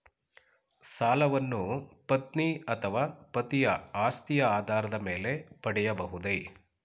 ಸಾಲವನ್ನು ಪತ್ನಿ ಅಥವಾ ಪತಿಯ ಆಸ್ತಿಯ ಆಧಾರದ ಮೇಲೆ ಪಡೆಯಬಹುದೇ?